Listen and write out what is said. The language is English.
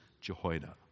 Jehoiada